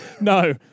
no